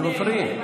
אתם מפריעים.